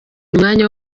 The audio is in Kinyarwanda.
umwanya